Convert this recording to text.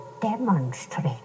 Demonstrate